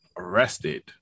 arrested